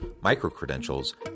micro-credentials